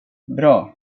bra